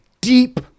deep